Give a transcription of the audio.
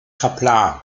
kaplan